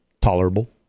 Tolerable